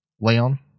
Leon